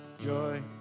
joy